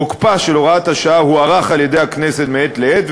תוקפה של הוראת השעה הוארך על-ידי הכנסת מעת לעת,